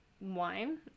wine